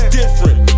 different